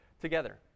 together